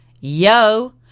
yo